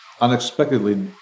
unexpectedly